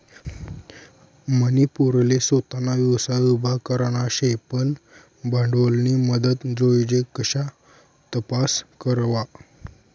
मनी पोरले सोताना व्यवसाय उभा करना शे पन भांडवलनी मदत जोइजे कशा तपास करवा?